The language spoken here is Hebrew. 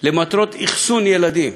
למטרות אחסון ילדים.